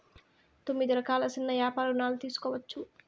తొమ్మిది రకాల సిన్న యాపార రుణాలు తీసుకోవచ్చు